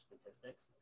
statistics